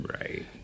Right